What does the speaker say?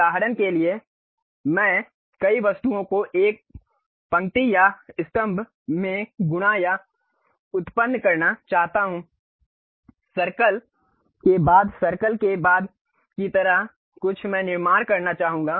उदाहरण के लिए मैं कई वस्तुओं को एक पंक्ति या स्तंभ में गुणा या उत्पन्न करना चाहता हूं सर्कल के बाद सर्कल के बाद की तरह कुछ मैं निर्माण करना चाहूंगा